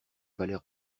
palais